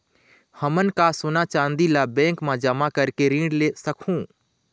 हमन का सोना चांदी ला बैंक मा जमा करके ऋण ले सकहूं?